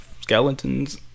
skeletons